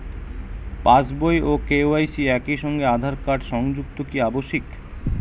পাশ বই ও কে.ওয়াই.সি একই সঙ্গে আঁধার কার্ড সংযুক্ত কি আবশিক?